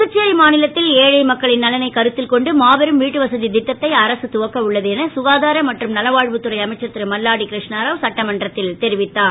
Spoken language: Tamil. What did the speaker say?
புதுச்சேரி மாநிலத்தில் ஏழை மக்களின் நலனை கருத்தில் கொண்டு மாபெரும் வீட்டுவசதி திட்டத்தை அரசு துவக்க உள்ளது என சுகாதார மற்றும் நல்வாழ்வு துறை அமைச்சர் திருமல்லாடி கிருஷ்ணாராவ் சட்டமன்றத்தில் தெரிவித்தார்